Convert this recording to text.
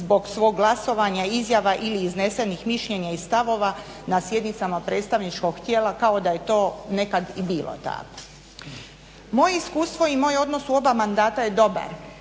zbog svog glasovanja, izjava ili iznesenih mišljenja i stavova na sjednicama predstavničkog tijela kao da je to nekad i bilo tako. Moje iskustvo i moj odnosa u oba mandata je dobar,